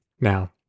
Now